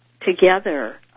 Together